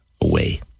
away